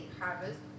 harvest